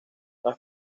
las